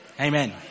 Amen